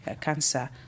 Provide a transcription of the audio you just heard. cancer